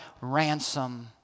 ransom